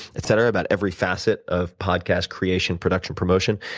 etc. about every facet of podcast creation, production, promotion.